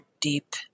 deep